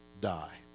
die